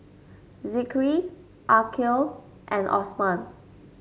Zikri Aqil and Osman